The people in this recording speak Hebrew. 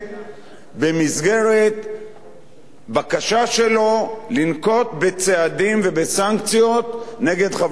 במסגרת בקשה שלו לנקוט צעדים וסנקציות נגד חברי כנסת.